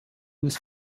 was